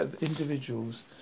individuals